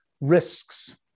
Risks